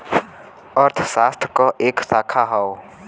अर्थशास्त्र क एक शाखा हौ